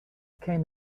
came